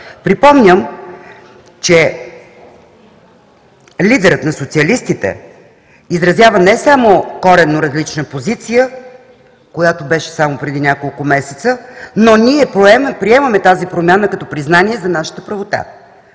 Припомням, че лидерът на социалистите изразява не само коренно различна позиция, която беше само преди няколко месеца, но ние приемаме тази промяна като признание за нашата правота.